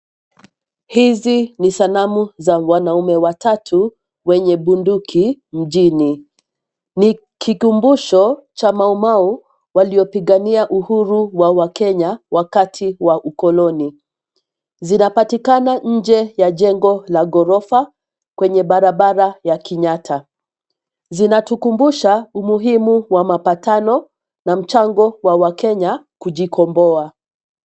Hizi ni sanamu za wanaume watatu wenye bunduki mjini, ni kikumbusho cha Mau Mau waliopigania uhuru wa wakenya wakati wa ukoloni zinapatikana nje ya jengo la gorofa kwenye barabara ya Kenyatta. Zinatukumbusha umuhimu wa mapatano, na mchango wa wakenya kujikomboa.